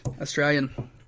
australian